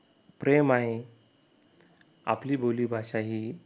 प्रेम आहे आपली बोलीभाषा ही